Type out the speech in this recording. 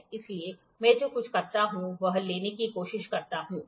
इसलिए मैं जो कुछ करता हूं वह लेने की कोशिश करता हूं